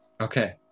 Okay